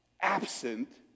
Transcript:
absent